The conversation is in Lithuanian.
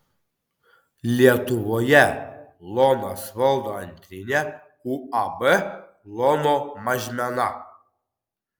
lietuvoje lonas valdo antrinę uab lono mažmena